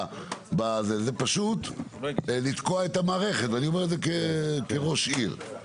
זה פשוט לתקוע את המערכת ואני אומר את זה כמי שהיה ראש עיר.